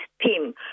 team